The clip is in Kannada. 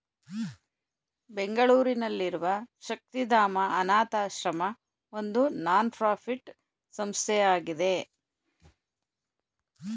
ಬೆಂಗಳೂರಿನಲ್ಲಿರುವ ಶಕ್ತಿಧಾಮ ಅನಾಥಶ್ರಮ ಒಂದು ನಾನ್ ಪ್ರಫಿಟ್ ಸಂಸ್ಥೆಯಾಗಿದೆ